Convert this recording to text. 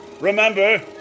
Remember